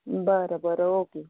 बरं बरं ओके